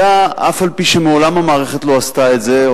אף-על-פי שמעולם המערכת לא עשתה את זה,